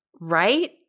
right